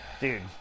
Dude